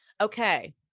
Okay